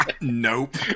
nope